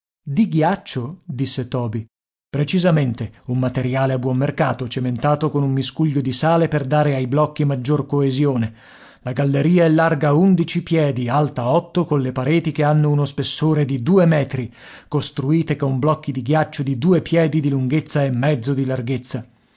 di ghiaccio disse toby precisamente un materiale a buon mercato cementato con un miscuglio di sale per dare ai blocchi maggior coesione la galleria è larga undici piedi alta otto colle pareti che hanno uno spessore di due metri costruite con blocchi di ghiaccio di due piedi di lunghezza e mezzo di larghezza